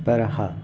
पर हा